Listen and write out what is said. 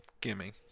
Gimme